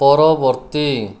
ପରବର୍ତ୍ତୀ